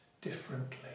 differently